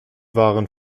waren